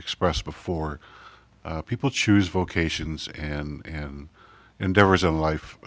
expressed before people choose vocations and endeavors in life